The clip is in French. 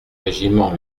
régiment